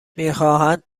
میخواهند